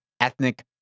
ethnic